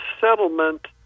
settlement